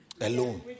alone